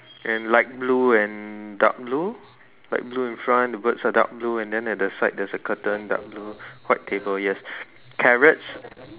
and light blue and dark blue light blue in front the birds are dark blue and then at the side there's curtain dark blue white table yes carrots